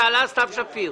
שאלה סתיו שפיר.